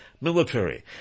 military